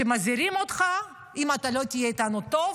מזהירים אותך: אם אתה לא תהיה איתנו טוב,